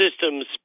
systems